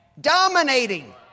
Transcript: Dominating